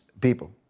people